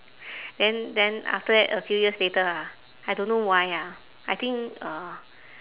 then then after that a few years later ah I don't know why ah I think uh